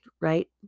right